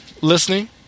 listening